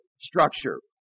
structure